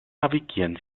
navigieren